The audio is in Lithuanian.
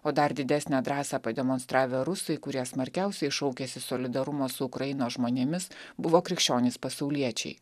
o dar didesnę drąsą pademonstravę rusai kurie smarkiausiai šaukiasi solidarumo su ukrainos žmonėmis buvo krikščionys pasauliečiai